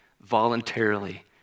Voluntarily